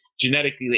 genetically